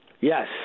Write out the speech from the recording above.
Yes